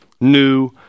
new